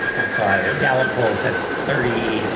i saw the gallup polls said thirty,